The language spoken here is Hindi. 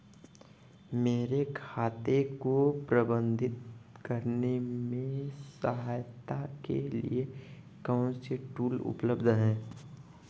मेरे खाते को प्रबंधित करने में सहायता के लिए कौन से टूल उपलब्ध हैं?